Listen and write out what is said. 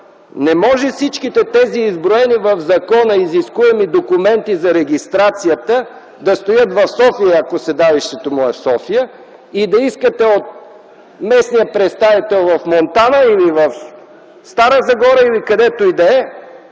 не може всичките тези изброени в закона изискуеми документи за регистрацията да стоят в София, ако седалището му е в София, и да искате от местния представител в Монтана или в Стара Загора, или където и да е,